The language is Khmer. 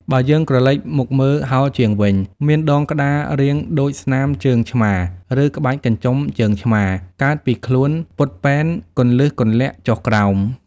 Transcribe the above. បើយើងក្រឡេកមកមើលហោជាងវិញ មានដងក្តាររាងដូចស្នាមជើងឆ្មារ ឬក្បាច់កញ្ចុំជើងឆ្មារ កើតពីខ្លួនពត់ពែន គន្លឹះគន្លាក់ចុះឡើង។